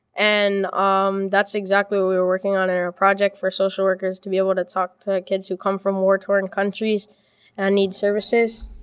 and um that's exactly what we were working on in our project is for social workers to be able to talk to kids who come from war-torn countries and need services.